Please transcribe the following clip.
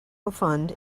fund